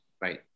Right